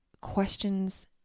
questions